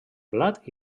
blat